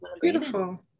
Beautiful